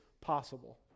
possible